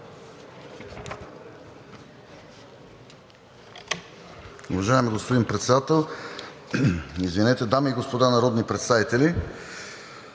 Добре.